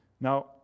Now